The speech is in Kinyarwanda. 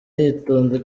yitonze